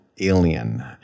Alien